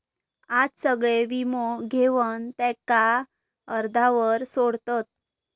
आज सगळे वीमो घेवन त्याका अर्ध्यावर सोडतत